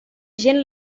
gent